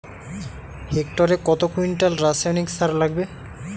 হেক্টরে কত কুইন্টাল রাসায়নিক সার লাগবে?